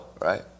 right